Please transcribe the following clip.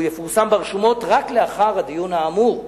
הוא יפורסם ברשומות רק לאחר הדיון האמור.